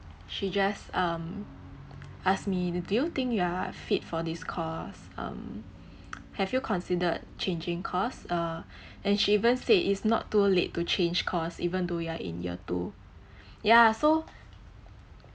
she just um asked me do you think you are fit for this course um have you considered changing course uh and she even said it's not too late to change course even though you are in year two yeah so